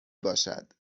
باشد